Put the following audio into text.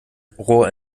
rohr